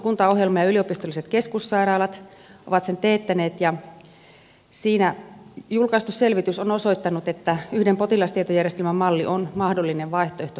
kuntaohjelma ja yliopistolliset keskussairaalat ovat sen teettäneet ja siinä julkaistu selvitys on osoittanut että yhden potilastietojärjestelmän malli on mahdollinen vaihtoehto suomessa